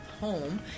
home